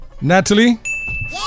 Natalie